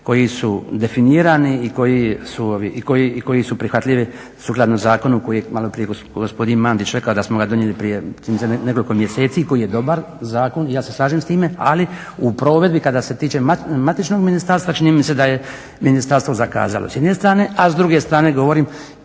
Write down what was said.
koji su definirani i koji su prihvatljivi sukladno zakonu koji je malo prije gospodin Mandić rekao da smo ga donijeli prije čini mi se nekoliko mjeseci i koji je dobar zakon i ja se slažem s time. Ali u provedbi kada se tiče matičnog ministarstva čini mi se da je ministarstvo zakazalo s jedne strane, a s druge strane govorim